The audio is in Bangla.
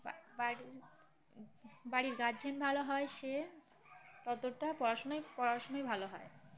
বাড়ির বাড়ির গার্জেন ভালো হয় সে ততোটা পড়াশুনায় পড়াশুনায় ভালো হয়